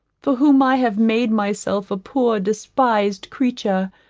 for whom i have made myself a poor despised creature,